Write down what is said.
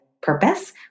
Purpose